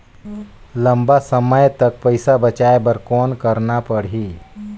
लंबा समय तक पइसा बचाये बर कौन करना पड़ही?